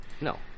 No